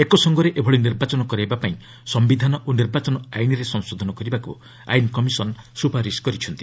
ଏକସଙ୍ଗରେ ଏଭଳି ନିର୍ବାଚନ କରାଇବାପାଇଁ ସମ୍ଭିଧାନ ଓ ନିର୍ବାଚନ ଆଇନରେ ସଂଶୋଧନ କରିବାକୁ ଆଇନ କମିଶନ୍ ସୁପାରିସ କରିଛନ୍ତି